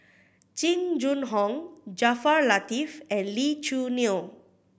Jing Jun Hong Jaafar Latiff and Lee Choo Neo